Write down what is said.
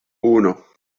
uno